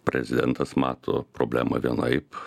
prezidentas mato problemą vienaip